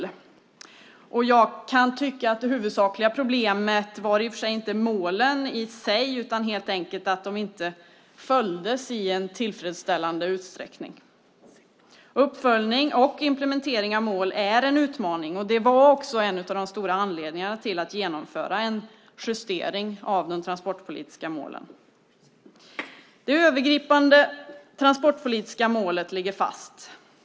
Jag kan i och för sig tycka att det huvudsakliga problemet inte var målen i sig utan helt enkelt att de inte följdes i en tillfredsställande utsträckning. Uppföljning och implementering av mål är en utmaning. Det var också en av de stora anledningarna till att genomföra en justering av de transportpolitiska målen. Det övergripande transportpolitiska målet ligger fast.